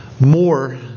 more